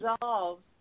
dissolves